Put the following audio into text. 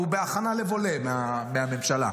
הוא בהכנה לוולה מהממשלה.